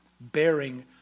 Bearing